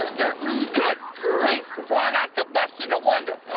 got me. aah! good grief, the boy like to busted a window.